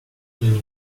une